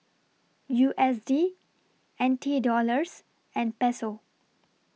U S D N T Dollars and Peso